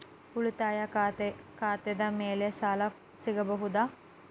ಉಳಿತಾಯ ಖಾತೆದ ಮ್ಯಾಲೆ ಸಾಲ ಸಿಗಬಹುದಾ?